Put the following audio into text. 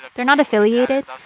they're not affiliated,